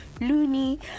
Looney